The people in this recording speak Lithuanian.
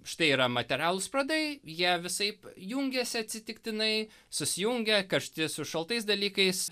štai yra materialūs pradai jie visaip jungiasi atsitiktinai susijungia karšti su šaltais dalykais